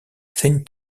think